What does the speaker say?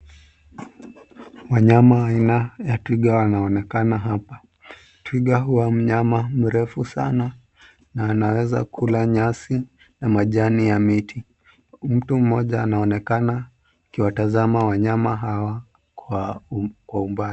Wanyama wa aina ya twiga wanaonekana hapa. Twiga huwa mnyama mrefu sana na anaeza kula nyasi na majani ya miti. Mtu mmoja anaonekana akiwatazama wanyama hawa kwa umbali.